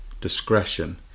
discretion